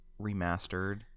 remastered